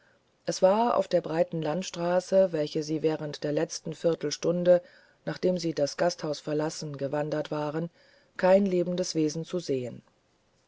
es war auf der breiten landstraße welche sie während der letzten viertelstunde nachdem sie das gasthaus verlassen gewandertwaren keinlebendeswesenzusehen dieluftistrein sagteonkeljoseph